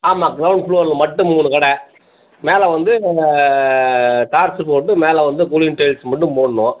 ஆமாம் க்ரௌண்ட் ஃப்ளோரில் மட்டும் மூணு கடை மேலே வந்து டார்ச்சு போட்டு மேலே வந்து கூலிங் டைல்ஸ் மட்டும் போடணும்